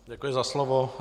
Děkuji za slovo.